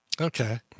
okay